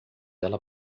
ela